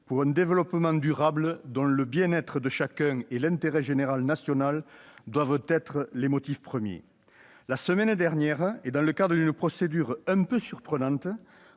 pour un développement durable dont le bien-être de chacun et l'intérêt général national doivent être les motifs premiers ? Il y a deux semaines, dans le cadre d'une procédure un peu surprenante,